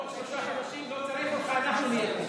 בעוד שלושה חודשים לא צריך אותך, אנחנו נהיה פה.